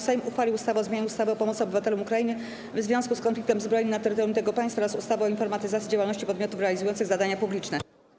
Sejm uchwalił ustawę o zmianie ustawy o pomocy obywatelom Ukrainy w związku z konfliktem zbrojnym na terytorium tego państwa oraz ustawy o informatyzacji działalności podmiotów realizujących zadania publiczne.